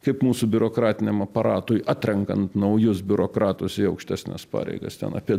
kaip mūsų biurokratiniam aparatui atrenkant naujus biurokratus į aukštesnes pareigas ten apie